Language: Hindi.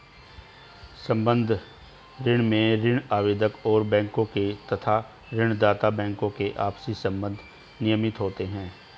संबद्ध ऋण में ऋण आवेदक और बैंकों के तथा ऋण दाता बैंकों के आपसी संबंध नियमित होते हैं